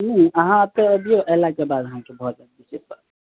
ओ अहाँ अबियौ अयलाके बाद भय जेतै